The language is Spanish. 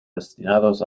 destinados